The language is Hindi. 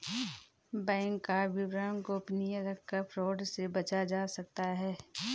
बैंक का विवरण गोपनीय रखकर फ्रॉड से बचा जा सकता है